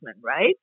right